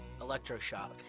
Electroshock